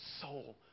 soul